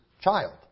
child